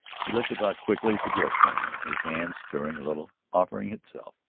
he looked about quickly as the girl came in, his hand stirring a little, offering itself.